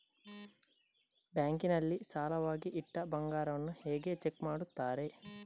Bank ನಲ್ಲಿ ಸಾಲವಾಗಿ ಇಟ್ಟ ಬಂಗಾರವನ್ನು ಹೇಗೆ ಚೆಕ್ ಮಾಡುತ್ತಾರೆ?